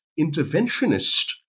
interventionist